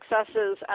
successes